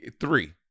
Three